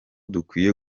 dukwiye